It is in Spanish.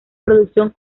producción